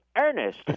Ernest